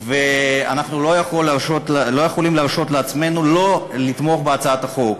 ואנחנו לא יכולים להרשות לעצמנו שלא לתמוך בהצעת החוק.